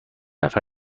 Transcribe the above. نفر